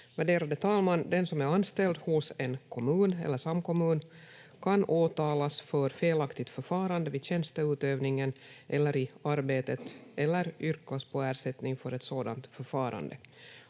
Värderade talman! Den som är anställd hos en kommun eller samkommun kan åtalas för felaktigt förfarande vid tjänsteutövningen eller i arbetet eller yrkas på ersättning för ett sådant förfarande.